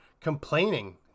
complaining